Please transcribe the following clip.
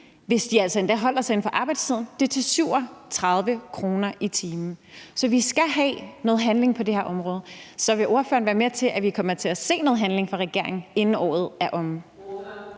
hvis de holder sig inden for arbejdstiden. Så vi skal have noget handling på det her område. Vil ordføreren være med til at sige, at vi kommer til at se noget handling fra regeringen, inden året er omme?